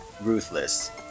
ruthless